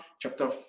chapter